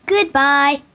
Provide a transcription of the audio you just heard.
Goodbye